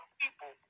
people